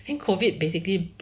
think COVID basically